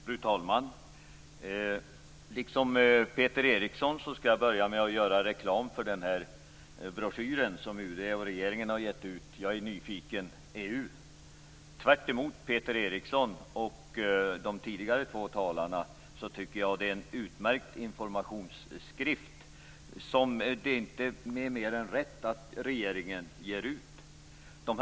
Fru talman! Liksom Peter Eriksson skall jag börja med att göra reklam för den broschyr som UD och regeringen har utgivit - Jag är nyfiken EU. Tvärtemot Peter Eriksson och de tidigare två talarna tycker jag att det är en utmärkt informationstidskrift som det är inte mer än rätt att regeringen har utgivit.